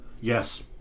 Yes